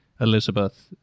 Elizabeth